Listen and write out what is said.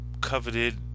coveted